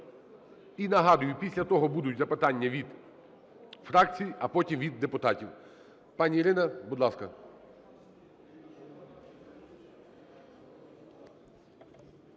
І нагадую, після того будуть запитання від фракцій, а потім – від депутатів. Пані Ірина, будь ласка.